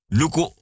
luko